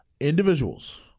individuals